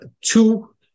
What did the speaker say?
two